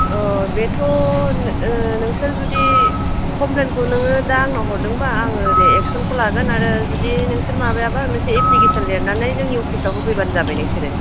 बेथ' नोंसोर जुदि कमफ्लेन खौ नोङो दा आंनो हरदोंबा आङो दे एक्सनखौ लागोन आरो जुदि नोंसोर माबायाबा मोनसे एप्लिकेसन लिरनानै जोंनि अफिसाव होफैबानो जाबाय नोंसोरो